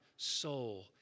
soul